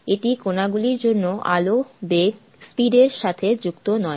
এটি কণাগুলির জন্য আলোর বেগ এর সাথে যুক্ত নয়